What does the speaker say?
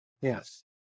Yes